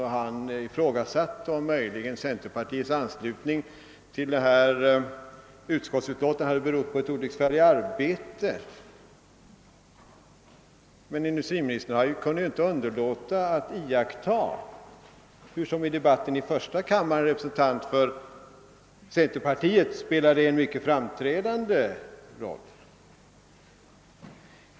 Han ifrågasatte om inte centerpartiets anslutning till detta utskottsutlåtande möjligen berott på ett olycksfall i arbetet. Men industriministern kunde ju inte undgå att iaktta att en representant för centerpartiet i debatten i första kammaren spelade en mycket framträdande roll.